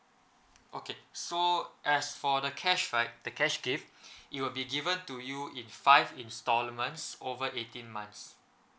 okay so as for the cash right the cash gift it will be given to you in five installments over eighteen months